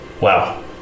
Wow